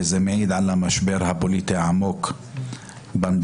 וזה מעיד על המשבר הפוליטי העמוק במדינה.